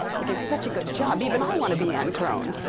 you did such a good job. even i want to be ann kron.